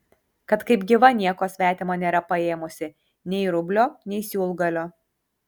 kad kaip gyva nieko svetimo nėra paėmusi nei rublio nei siūlgalio